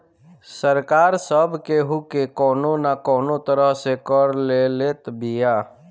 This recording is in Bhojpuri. सरकार सब केहू के कवनो ना कवनो तरह से कर ले लेत बिया